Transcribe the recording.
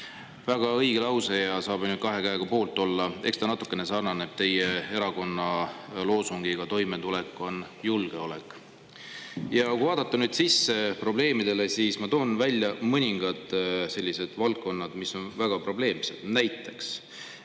Väga õige lause, saab ainult kahe käega poolt olla. Eks ta natukene sarnaneb teie erakonna loosungiga "Toimetulek on julgeolek".Ja kui vaadata nüüd probleemidesse sisse, siis ma toon välja mõningad sellised valdkonnad, mis on väga probleemsed. Näiteks,